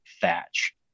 thatch